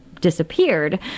disappeared